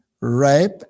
rape